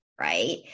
right